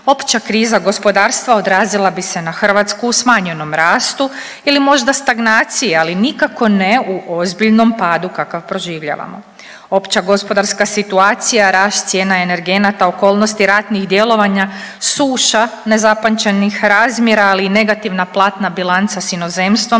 opća kriza gospodarstva odrazila bi se na Hrvatsku u smanjenom rastu ili možda stagnacije, ali nikako ne u ozbiljnom padu kakav proživljavamo. Opća gospodarska situacija, rast cijena energenata, okolnosti ratnih djelovanja, suša nezapamćenih razmjera, ali i negativna platna bilanca s inozemstvom